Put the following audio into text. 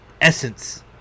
Essence